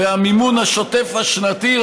והמימון השוטף השנתי,